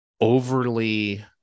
overly